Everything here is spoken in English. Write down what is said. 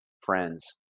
friends